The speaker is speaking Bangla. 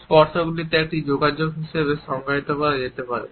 স্পর্শগুলিকে একটি যোগাযোগ হিসাবে সংজ্ঞায়িত করা যেতে পারে